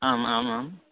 आम् आम् आम्